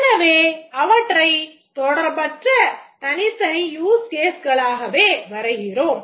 எனவே அவற்றைத் தொடர்பற்ற தனித்தனி யூஸ் கேஸ்களாகவே வரைகிறோம்